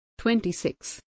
26